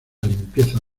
limpieza